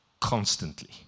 constantly